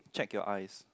check your eyes